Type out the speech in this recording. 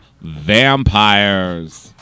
Vampires